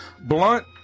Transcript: Blunt